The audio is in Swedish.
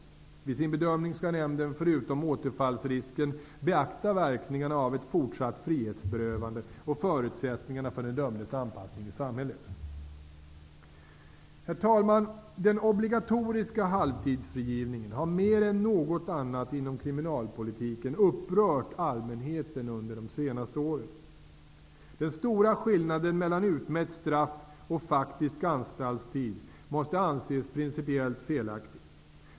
Vid sin bedömning skall nämnden förutom återfallsrisken beakta verkningarna av ett fortsatt frihetsberövande och förutsättningarna för den dömdes anpassning i samhället. Herr talman! Den obligatoriska halvtidsfrigivningen har mer än något annat inom kriminalpolitiken upprört allmänheten under de senaste åren. Den stora skillnaden mellan utmätt straff och faktisk anstaltstid måste anses principiellt felaktig.